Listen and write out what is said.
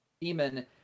...demon